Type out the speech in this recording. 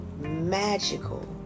magical